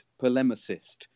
polemicist